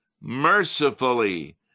Mercifully